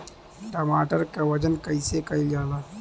टमाटर क वजन कईसे कईल जाला?